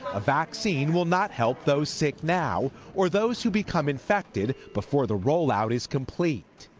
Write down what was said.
a vaccine will not help those sick now or those who become infected before the rollout is complete.